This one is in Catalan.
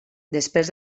després